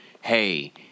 Hey